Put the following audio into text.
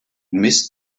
mist